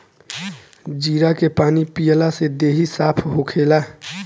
जीरा के पानी पियला से देहि साफ़ होखेला